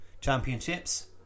Championships